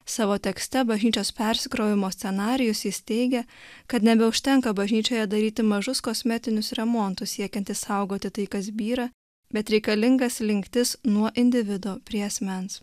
savo tekste bažnyčios persikrovimo scenarijus jis teigia kad nebeužtenka bažnyčioje daryti mažus kosmetinius remontus siekiant išsaugoti tai kas byra bet reikalinga slinktis nuo individo prie asmens